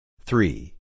Three